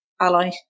ally